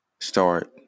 start